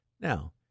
Now